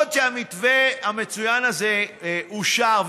למרות שהמתווה המצוין הזה אושר,